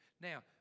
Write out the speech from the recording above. Now